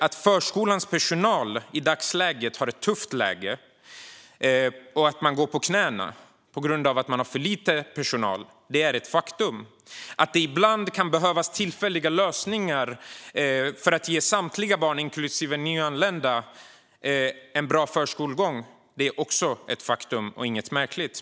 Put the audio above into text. Att förskolans personal i dagsläget har det tufft och går på knäna på grund av att det är för lite personal är ett faktum. Att det ibland kan behövas tillfälliga lösningar för att ge samtliga barn, inklusive nyanlända, en bra förskolegång är också ett faktum och inget märkligt.